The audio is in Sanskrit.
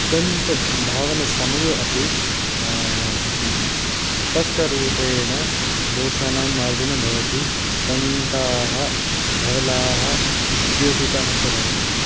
दन्तधावनसमये अपि स्पष्टरूपेण दोषानां मार्जनं भवति दन्ताः धवलाः द्योतिताश्च भवन्ति